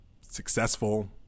successful